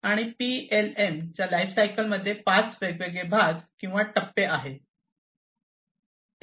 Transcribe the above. आणि पीएलएम च्या लाइफसायकल मध्ये पाच वेगवेगळे भाग किंवा टप्पे आहेत